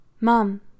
mom